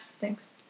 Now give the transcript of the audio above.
Thanks